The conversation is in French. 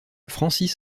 francis